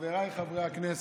חבריי חברי הכנסת,